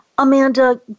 Amanda